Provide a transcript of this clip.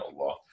Allah